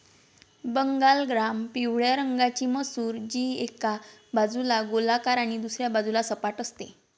Bengal gram पिवळ्या रंगाची मसूर, जी एका बाजूला गोलाकार आणि दुसऱ्या बाजूला सपाट असते